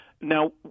Now